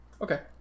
Okay